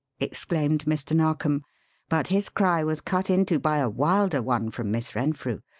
exclaimed mr. narkom but his cry was cut into by a wilder one from miss renfrew.